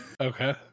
Okay